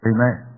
Amen